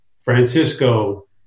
Francisco